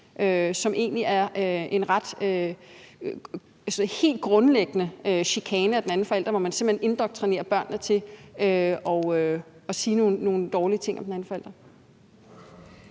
som egentlig er en helt grundlæggende chikane af den anden forælder, hvor man simpelt hen indoktrinerer børnene til at sige nogle dårlige ting om den anden forælder.